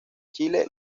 chile